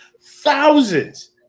thousands